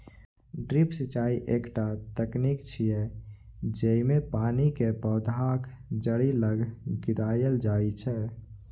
drip सिंचाइ एकटा तकनीक छियै, जेइमे पानि कें पौधाक जड़ि लग गिरायल जाइ छै